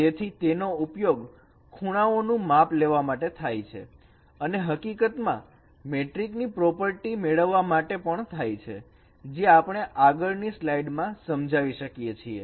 તેથી તેનો ઉપયોગ ખૂણાઓ નું માપ લેવા માટે થાય છે અને હકીકતમાં મેટ્રિકની પ્રોપર્ટી મેળવવા માટે પણ થાય છે જે આપણે આગળ ની સ્લાઈડમાં સમજાવી શકીએ છીએ